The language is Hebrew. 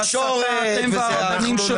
בהסתה אתם והרבנים שלך מומחים גדולים.